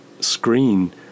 screen